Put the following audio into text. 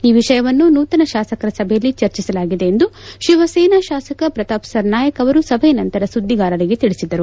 ಈ ವಿಷಯವನ್ನು ನೂತನ ಶಾಸಕರ ಸಭೆಯಲ್ಲಿ ಚರ್ಚಿಸಲಾಗಿದೆ ಎಂದು ಶಿವಸೇನಾ ಶಾಸಕ ಪ್ರತಾಪ್ ಸರ್ನಾಯಕ್ ಅವರು ಸಭೆಯ ನಂತರ ಸುದ್ದಿಗಾರರಿಗೆ ತಿಳಿಸಿದರು